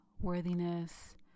worthiness